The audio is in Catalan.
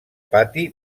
pati